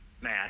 Matt